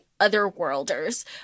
otherworlders